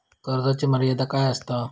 कर्जाची मर्यादा काय असता?